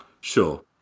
Sure